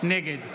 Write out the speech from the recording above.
נגד